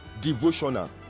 devotional